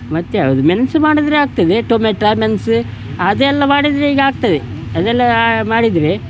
ಮತ್ಯಾವುದು ಮೆನ್ಸು ಮಾಡಿದರೆ ಆಗ್ತದೆ ಟೊಮೆಟ ಮೆನ್ಸು ಅದೆಲ್ಲ ಮಾಡಿದರೆ ಈಗ ಆಗ್ತದೆ ಅದೆಲ್ಲ ಮಾಡಿದರೆ